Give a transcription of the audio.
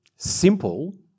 Simple